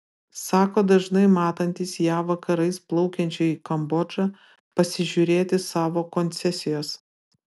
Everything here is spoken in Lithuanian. sako dažnai matantis ją vakarais plaukiančią į kambodžą pasižiūrėti savo koncesijos